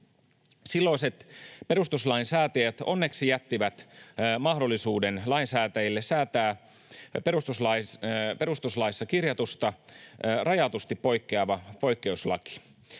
Silloiset perustuslain säätäjät onneksi jättivät mahdollisuuden lainsäätäjille säätää perustuslaissa kirjatusta rajatusti poikkeava poikkeuslaki.